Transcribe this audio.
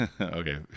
Okay